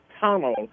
tunnel